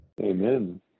Amen